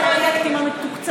החברה שלך לפרויקטים המתוקצבים,